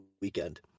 weekend